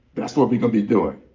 that's what we're gonna be doing.